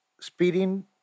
speeding